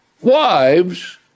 wives